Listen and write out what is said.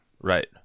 Right